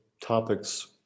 topics